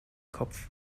kopf